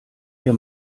ihr